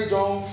John